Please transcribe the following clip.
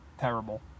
Terrible